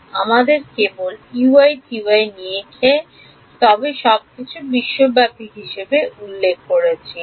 সুতরাং আমি যদি কেবল লিখি তবে আমি বিশ্বব্যাপী উল্লেখ করছি